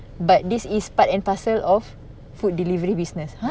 but this is part and parcel of food delivery business !huh!